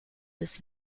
des